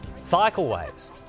cycleways